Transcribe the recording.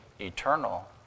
eternal